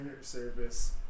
service